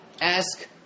ask